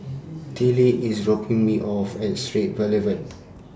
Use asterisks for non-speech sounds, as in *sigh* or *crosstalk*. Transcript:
*noise* Teela IS dropping Me off At Straits Boulevard